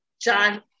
John